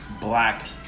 black